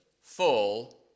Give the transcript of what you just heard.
full